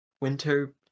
Winter